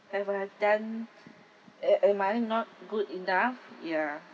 have I have done am am I not good enough ya